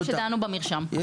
כשדנו במרשם.